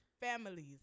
families